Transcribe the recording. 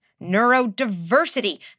neurodiversity